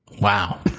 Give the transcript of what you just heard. Wow